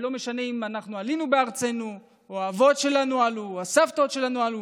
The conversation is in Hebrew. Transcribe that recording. ולא משנה אם אנחנו עלינו לארצנו או האבות שלנו עלו או הסבתות שלנו עלו.